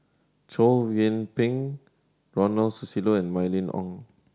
Chow Yian Ping Ronald Susilo and Mylene Ong